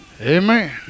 Amen